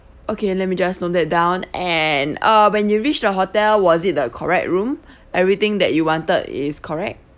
okay let me just note that down and uh when you reach the hotel was it the correct room everything that you wanted is correct